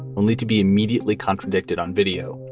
only to be immediately contradicted on video.